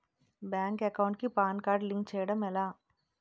Bank account కి PAN card link చేయడం ఎలా?